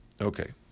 Okay